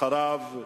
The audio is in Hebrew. אחריו,